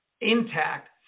intact